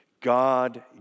God